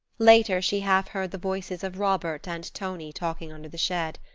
later she half heard the voices of robert and tonie talking under the shed.